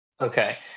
Okay